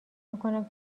میکنم